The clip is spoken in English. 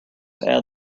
add